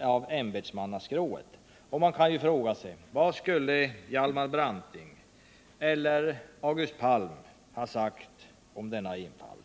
av ämbetsmannaskrået. Man kan fråga sig vad Hjalmar Branting eller August Palm skulle ha sagt om denna enfald.